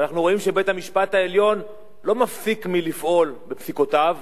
ואנחנו רואים שבית-המשפט העליון לא מפסיק מלפעול בפסיקותיו,